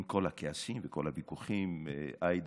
עם כל הכעסים וכל הוויכוחים, עאידה,